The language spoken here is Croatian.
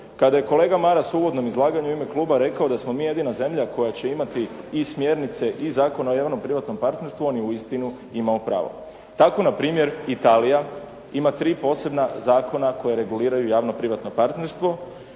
kada je kolega Maras u uvodnom izlaganju u ime kluba rekao da smo mi jedina zemlja koja će imati i smjernice i Zakon o javno privatnom partnerstvu on je uistinu imao pravo. Tako npr. Italija ima tri posebna zakona koja reguliraju javno privatno partnerstvu,